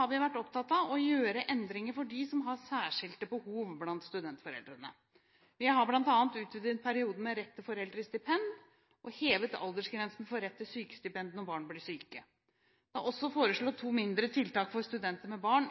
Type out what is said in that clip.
har vi vært opptatt av å gjøre endringer for dem av studentforeldrene som har særskilte behov. Vi har bl.a. utvidet perioden med rett til foreldrestipend og hevet aldersgrensen for rett til sykestipend når barna blir syke. Det er også i statsbudsjettet for 2013 foreslått to mindre tiltak for studenter med barn.